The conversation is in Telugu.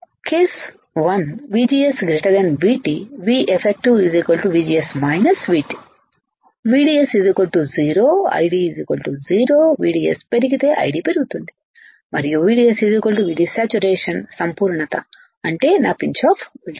case one VGS VT Veffective VGS VT VDS 0 ID 0 VDS పెరిగితే ID పెరుగుతుంది మరియు VDS VDsaturation సంపూర్ణత అంటే నా పించ్ ఆఫ్ వోల్టేజీ